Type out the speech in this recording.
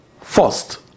first